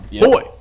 boy